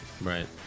Right